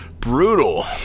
Brutal